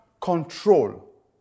control